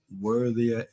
Worthy